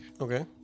Okay